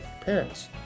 Parents